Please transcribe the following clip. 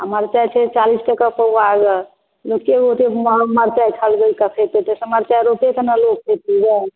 आ मरचाइ छै चालिस टके पौआ ओते ओते महग मरचाइ खेतय मरचाइ रोपतय तखन न मरचाइ खेतय ग